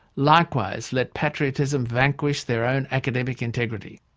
likewise let patriotism vanquish their own academic integrity.